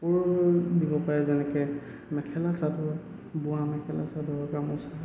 দিব পাৰে যেনেকে মেখেলা চাদৰ বোৱা মেখেলা চাদৰ গামোচা